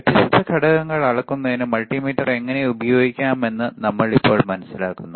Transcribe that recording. വ്യത്യസ്ത ഘടകങ്ങൾ അളക്കുന്നതിന് മൾട്ടിമീറ്റർ എങ്ങനെ ഉപയോഗിക്കാമെന്ന് ഇപ്പോൾ നമ്മൾ മനസ്സിലാക്കുന്നു